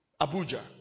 Abuja